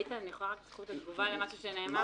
איתן, אני יכולה לקבל את זכות התגובה למה שנאמר?